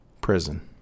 Prison